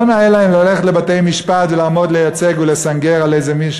לא נאה להם ללכת לבתי-משפט ולעמוד לייצג ולסנגר על איזשהו מישהו